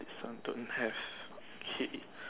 some don't have so okay